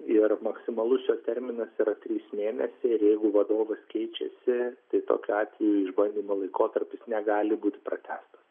ir maksimalus jo terminas yra trys mėnesiai ir jeigu vadovas keičiasi tai tokiu atveju išbandymo laikotarpis negali būti pratęstas